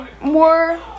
more